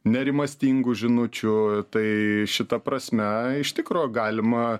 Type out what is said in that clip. nerimastingų žinučių tai šita prasme iš tikro galima